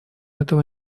этого